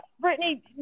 Brittany